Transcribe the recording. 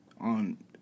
on